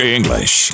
English